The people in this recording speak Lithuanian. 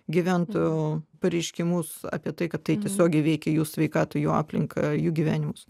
gyventojų pareiškimus apie tai kad tai tiesiogiai veikia jų sveikatą jų aplinką jų gyvenimus